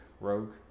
rogue